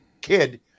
kid